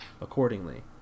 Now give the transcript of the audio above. accordingly